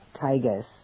tigers